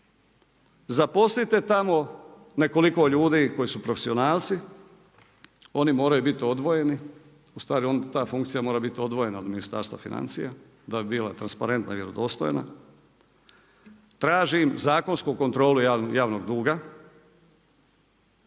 Zaposlite tamo nekoliko ljudi koji su profesionalci, oni moraju biti odvojeni, ustvari ta funkcija mora biti odvojena od Ministarstva financija da bi bila transparentna i vjerodostojna. Tražim zakonsku kontrolu javnog duga